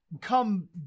come